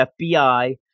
FBI